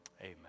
amen